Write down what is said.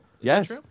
Yes